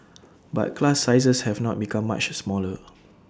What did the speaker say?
but class sizes have not become much smaller